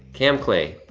cam clay,